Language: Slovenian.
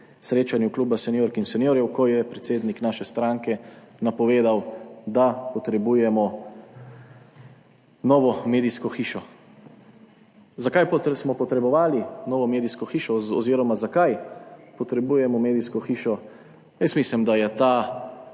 srečanju kluba seniork in seniorjev, ko je predsednik naše stranke napovedal, da potrebujemo novo medijsko hišo. Zakaj smo potrebovali novo medijsko hišo oziroma zakaj potrebujemo medijsko hišo? Jaz mislim, da je ta